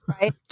right